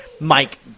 Mike